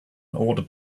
order